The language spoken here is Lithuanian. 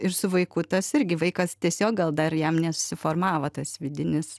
ir su vaiku tas irgi vaikas tiesiog gal dar jam nesusiformavo tas vidinis